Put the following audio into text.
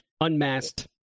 unmasked